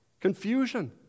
Confusion